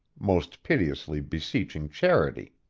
most piteously beseeching charity.